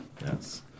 Yes